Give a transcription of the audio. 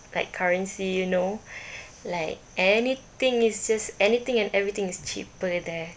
like currency you know like anything it's just anything and everything is cheaper there